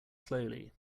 slowly